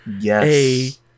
yes